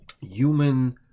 human